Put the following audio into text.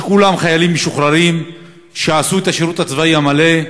שכולם חיילים משוחררים שעשו את השירות הצבאי המלא.